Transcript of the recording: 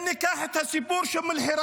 אם ניקח את הסיפור של אום אלחיראן,